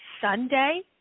Sunday